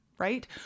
right